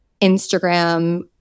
Instagram